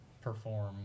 perform